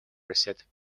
reset